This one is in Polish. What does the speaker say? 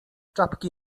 czapki